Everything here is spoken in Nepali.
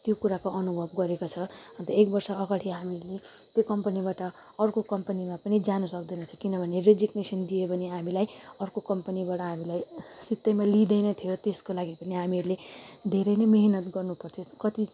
त्यो कुराको अनुभव गरेको छ अन्त एक वर्ष अगाडि हामीले त्यो कम्पनीबाट अर्को कम्पनीमा पनि जानु सक्दैनथ्यो किनभने रेजिक्नेसन दियो भने हामीलाई अर्को कम्पनीबाट हामीलाई सित्तैमा लिँदैनथ्यो त्यसकै लागि पनि हामीहरूले धेरै नै मिहिनेत गर्नुपर्थ्यो